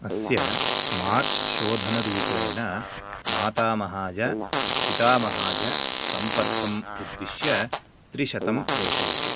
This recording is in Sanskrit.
अस्य मार्च् शोधनरुपेण मातामहाय पितामहाय सम्पर्कम् उद्दिश्य त्रिशतं प्रेषयतु